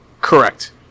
Correct